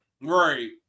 Right